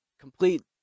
complete